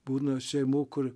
būna šeimų kur